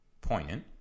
poignant